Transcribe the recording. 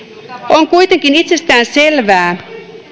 on kuitenkin itsestäänselvää